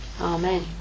Amen